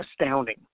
astounding